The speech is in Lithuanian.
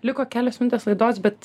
liko kelios minutės laidos bet